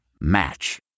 Match